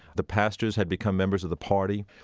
the pastors had become members of the party.